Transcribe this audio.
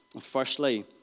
Firstly